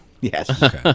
Yes